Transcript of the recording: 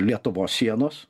lietuvos sienos